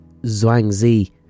Zhuangzi